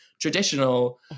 traditional